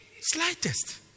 Slightest